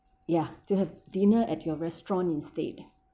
ya to have dinner at your restaurant instead